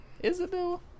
Isabel